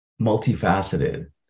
multifaceted